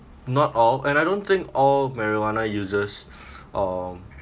not all and I don't think all marijuana users um